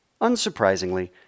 Unsurprisingly